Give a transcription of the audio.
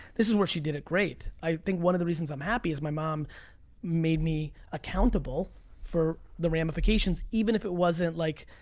this is where she did it great. i think one of the reasons i'm happy is my mom made me accountable for the ramifications, even if it wasn't, like,